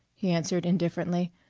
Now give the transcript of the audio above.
he answered indifferently.